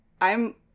I'm-